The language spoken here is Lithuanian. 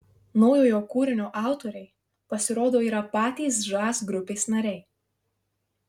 naujojo kūrinio autoriai pasirodo yra patys žas grupės nariai